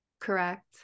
Correct